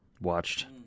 watched